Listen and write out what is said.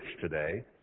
today